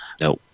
no